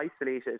isolated